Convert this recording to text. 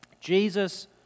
Jesus